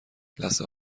لثه